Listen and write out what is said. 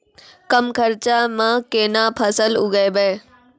कम खर्चा म केना फसल उगैबै?